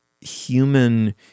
human